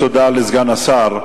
תודה לסגן השר.